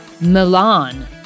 Milan